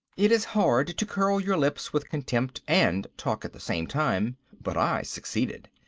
it is hard to curl your lips with contempt and talk at the same time, but i succeeded.